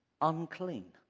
unclean